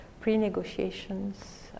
pre-negotiations